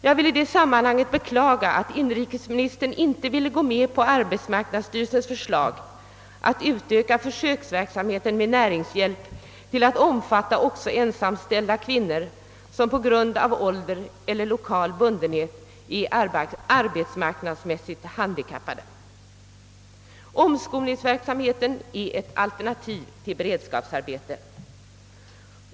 Jag vill i det sammanhanget beklaga att inrikesministern inte ville gå med på arbetsmarknadsstyrelsens förslag att utöka försöksverksamheten med näringshjälp till att omfatta också ensamställda kvinnor, som på grund av ålder eller iokal bundenhet är arbetsmarknadsmässigt handikappade. Omskolningsverksamheten är ett alternativ till beredskapsarbete.